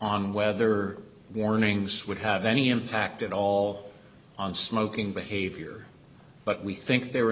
on whether warnings would have any impact at all on smoking behavior but we think they